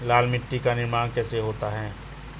लाल मिट्टी का निर्माण कैसे होता है?